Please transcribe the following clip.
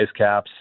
Icecaps